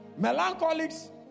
Melancholics